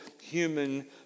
human